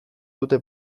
dute